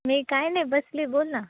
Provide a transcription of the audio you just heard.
मी काय नाही बसली बोल ना